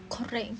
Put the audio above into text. correct